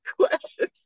questions